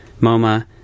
MoMA